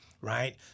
Right